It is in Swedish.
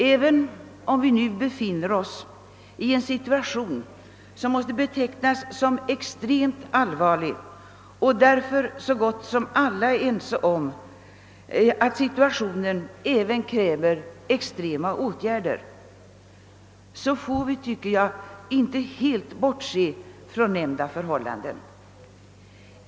Även om vi nu befinner oss i en situation som måste betecknas som extremt allvarlig — och därför så gott som alla är ense om att situationen även kräver extrema åtgärder — så får vi, tycker jag, inte helt bortse från nämnda förhållanden.